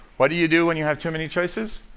what do you do when you have too many choices?